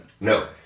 no